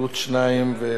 וללא נמנעים.